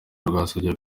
rwasabye